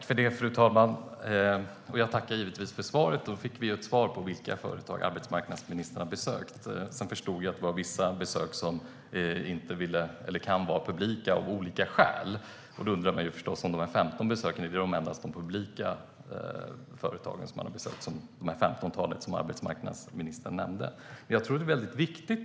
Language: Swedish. Fru talman! Jag tackar givetvis för svaret. Nu fick vi svar på vilka företag arbetsmarknadsministern har besökt. Sedan förstod jag att det är vissa besök som inte kan vara publika av olika skäl. Då undrar man förstås om de ca 15 besök som arbetsmarknadsministern nämnde endast är de publika.